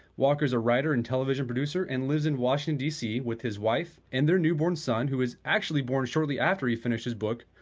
walker is a writer and television producer and lives in washington d c. with his wife and their newborn son who was actually born shortly after he finished his book,